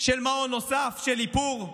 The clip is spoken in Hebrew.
מעון נוסף, על איפור.